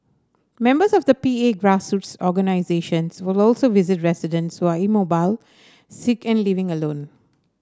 members of the P A grassroots organisations will also visit residents who are immobile sick and living alone